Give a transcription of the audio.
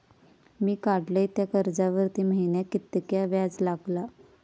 मी काडलय त्या कर्जावरती महिन्याक कीतक्या व्याज लागला?